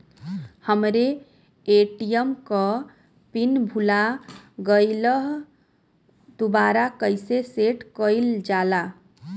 हमरे ए.टी.एम क पिन भूला गईलह दुबारा कईसे सेट कइलजाला?